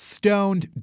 stoned